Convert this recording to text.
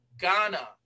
Ghana